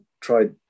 tried